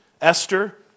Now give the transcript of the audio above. Esther